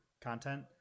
content